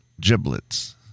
giblets